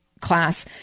class